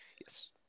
Yes